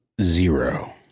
Zero